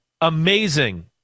amazing